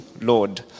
Lord